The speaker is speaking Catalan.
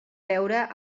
veure